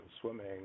swimming